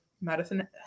Madison